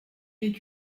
est